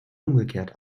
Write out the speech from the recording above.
umgekehrt